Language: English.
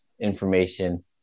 information